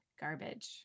garbage